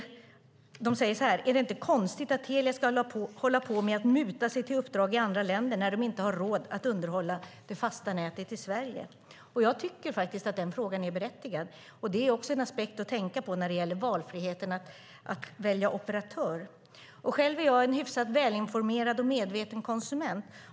De säger så här: Är det inte konstigt att Telia ska hålla på och muta sig till uppdrag i andra länder när de inte har råd att underhålla det fasta nätet i Sverige? Och jag tycker faktiskt att den frågan är berättigad. Det är också en aspekt att tänka på när det gäller friheten att välja operatör. Själv är jag en hyfsat välinformerad och medveten konsument.